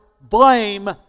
blame